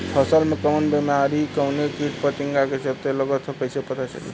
फसल में कवन बेमारी कवने कीट फतिंगा के चलते लगल ह कइसे पता चली?